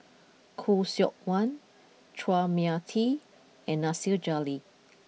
Khoo Seok Wan Chua Mia Tee and Nasir Jalil